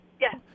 yes